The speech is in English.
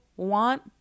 want